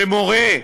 כשמורה,